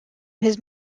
his